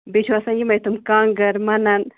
بیٚیہِ چھُ آسان یِمے تِم کانٛگٕر منن